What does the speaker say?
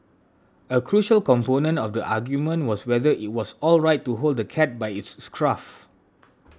a crucial component of the argument was whether it was alright to hold the cat by its scruff